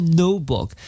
notebook